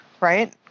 right